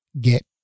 get